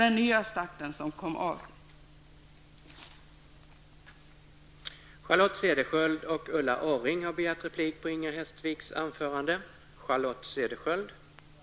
Den nya starten kom av sig.